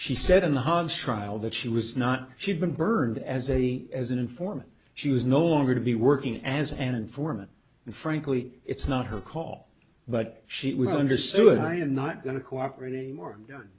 she said in the hans trial that she was not she'd been burned as a as an informant she was no longer to be working as an informant and frankly it's not her call but she was understood i am not going to cooperate anymore